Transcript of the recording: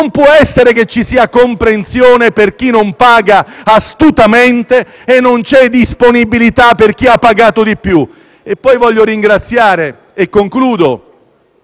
Non può esserci comprensione per chi non paga, astutamente, e non, invece, disponibilità per chi ha pagato di più. Voglio ringraziare - e concludo